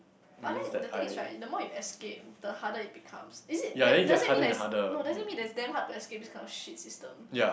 but then the thing is right the more you escape the harder it becomes is it like doesn't mean that's no doesn't mean that's damn hard to escape this kind of shit system